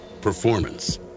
Performance